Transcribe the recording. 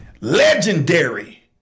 legendary